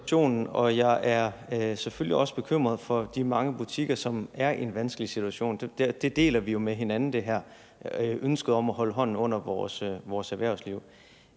og jeg er selvfølgelig også bekymret for de mange butikker, som er i en vanskelig situation; det deler vi jo med hinanden, altså ønsket om at holde hånden under vores erhvervsliv.